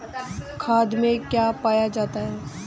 खाद में क्या पाया जाता है?